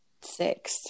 six